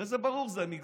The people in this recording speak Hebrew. הרי זה ברור, זה המגזר